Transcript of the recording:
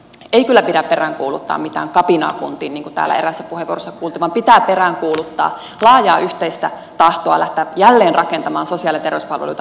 ei kyllä pidä peräänkuuluttaa mitään kapinaa kuntiin niin kuin täällä eräässä puheenvuorossa kuultiin vaan pitää peräänkuuluttaa laajaa yhteistä tahtoa lähteä jälleenrakentamaan sosiaali ja terveyspalveluita koko suomeen